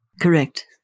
Correct